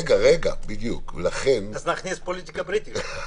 אז נכניס פוליטיקה בריטית.